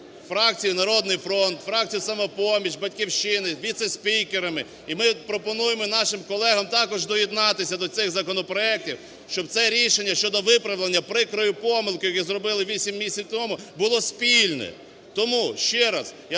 фракцією "Народний фронт", фракцією "Самопоміч", "Батьківщина", віце-спікерами. І ми пропонуємо нашим колегам також доєднатися до цих законопроектів, щоб це рішення щодо виправлення прикрої помилки, яку зробили вісім місяців тому, було спільним. Тому ще раз